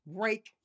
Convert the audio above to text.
break